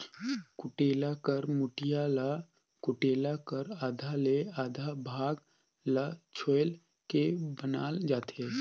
कुटेला कर मुठिया ल कुटेला कर आधा ले आधा भाग ल छोएल के बनाल जाथे